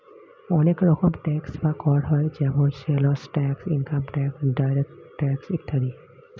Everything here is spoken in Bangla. অনেক রকম ট্যাক্স বা কর হয় যেমন sales tax, income tax, direct tax ইত্যাদি